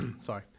sorry